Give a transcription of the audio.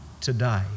today